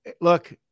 look